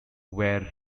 were